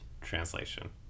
translation